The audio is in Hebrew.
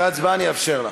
אחרי ההצבעה אני אאפשר לך.